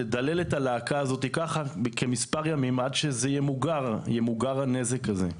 לדלל את הלהקה הזאת מספר ימים עד שימוגר הנזק הזה.